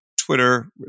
Twitter